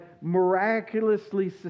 miraculously